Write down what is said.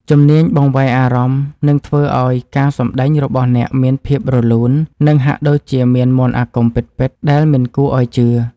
ជំនាញបង្វែរអារម្មណ៍នឹងធ្វើឱ្យការសម្តែងរបស់អ្នកមានភាពរលូន និង ហាក់ដូចជាមានមន្តអាគមពិតៗដែលមិនគួរឱ្យជឿ។